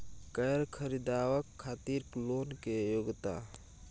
कैर खरीदवाक खातिर लोन के योग्यता?